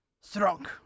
strong